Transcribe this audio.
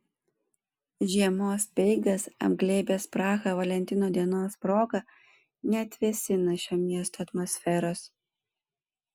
žiemos speigas apglėbęs prahą valentino dienos proga neatvėsina šio miesto atmosferos